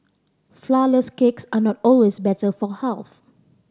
flourless cakes are not always better for health